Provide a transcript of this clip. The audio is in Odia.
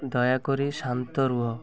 ଦୟାକରି ଶାନ୍ତ ରୁହ